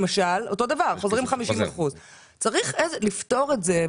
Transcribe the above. למשל, זה אותו דבר וחוזרים 50%. צריך לפתור את זה.